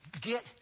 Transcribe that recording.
get